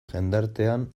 jendartean